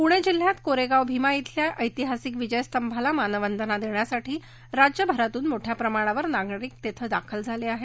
पूणे जिल्ह्यात कोरेगाव भीमा इथल्या ऐतिहासिक विजयस्तंभाला मानवंदना देण्यासाठी राज्यभरातून मोठ्या प्रमाणावर नागरिक तिथं दाखल झाले आहेत